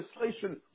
legislation